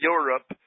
Europe